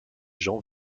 jean